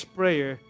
prayer